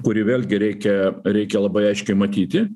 kurį vėlgi reikia reikia labai aiškiai matyti